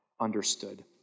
understood